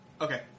Okay